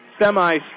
semi